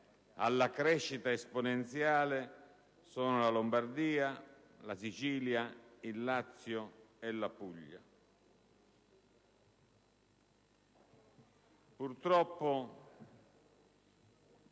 alla crescita esponenziale sono la Lombardia, la Sicilia, il Lazio e la Puglia. Purtroppo,